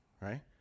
right